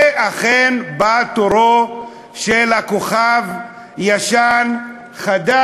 ואכן, בא תורו של הכוכב הישן-חדש,